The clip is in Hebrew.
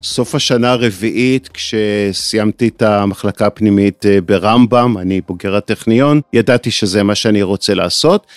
סוף השנה הרביעית כשסיימתי את המחלקה הפנימית ברמב"ם, אני בוגר הטכניון, ידעתי שזה מה שאני רוצה לעשות.